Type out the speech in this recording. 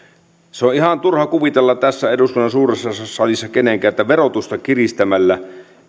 on ihan turha kuvitella tässä eduskunnan suuressa salissa salissa kenenkään että verotusta kiristämällä